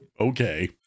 okay